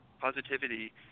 Positivity